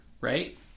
right